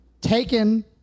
taken